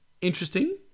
interesting